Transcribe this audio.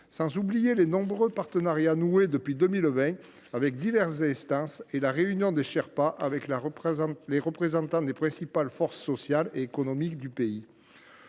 n’oublie pas les nombreux partenariats noués depuis 2020 avec diverses instances et la réunion des sherpas avec les principales forces sociales et économiques du pays.